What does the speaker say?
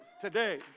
today